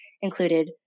included